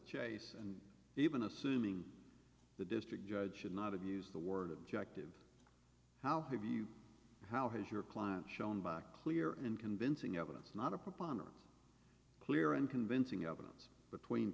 chase and even assuming the district judge should not have used the word objective how have you how has your client shown by clear and convincing evidence not a preponderance clear and convincing evidence between